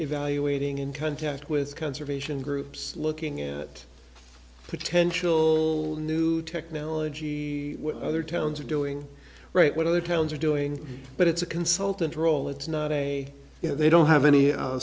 evaluating in contact with conservation groups looking at potential new technology we other towns are doing right what other towns are doing but it's a consultant role it's not a you know they don't have any